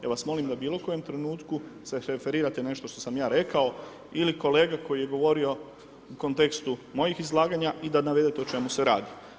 Ja vas molim da u bilokojem trenutku se referirate na nešto što sam ja rekao ili kolega koji je govorio u kontekstu mojih izlaganja i da navedete o čemu se radi.